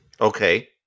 Okay